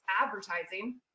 advertising